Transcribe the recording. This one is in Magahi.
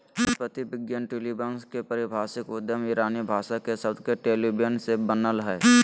वनस्पति विज्ञान ट्यूलिया वंश के पारिभाषिक उद्गम ईरानी भाषा के शब्द टोलीबन से बनल हई